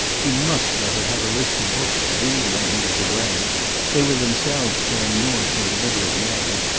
he must let her have a list of books to read while he was away they were themselves going north in the middle of may,